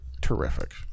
terrific